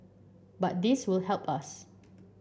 but this will help us